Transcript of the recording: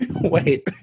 wait